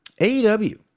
AEW